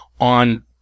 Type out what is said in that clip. on